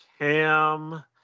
Cam